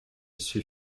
suis